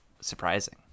surprising